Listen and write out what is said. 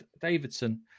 Davidson